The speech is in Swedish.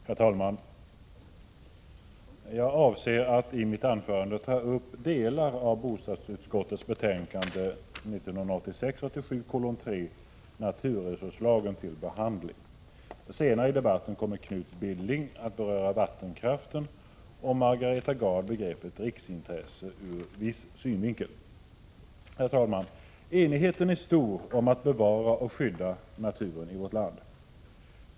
Herr talman! Jag avser att i mitt anförande ta upp delar av bostadsutskottets betänkande 1986/87:3, Naturresurslagen, till behandling. Senare i debatten kommer Knut Billing att beröra vattenkraften och Margareta Gard begreppet riksintressen ur viss synvinkel. Herr talman! Enigheten är stor om att bevara och skydda naturen i vårt land.